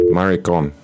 Maricon